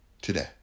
today